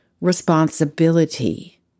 responsibility